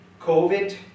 COVID